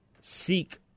seek